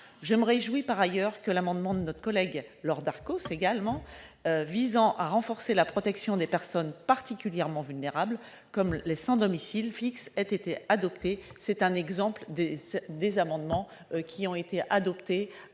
Je me réjouis par ailleurs que l'amendement de notre collègue Laure Darcos visant à renforcer la protection des personnes particulièrement vulnérables, comme les sans domicile fixe, ait été adopté. C'est l'un des amendements émanant de